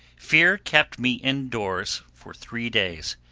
fear kept me in-doors for three days,